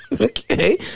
Okay